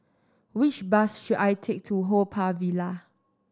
which bus should I take to Haw Par Villa